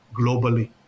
globally